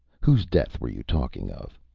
whose death were you talking of?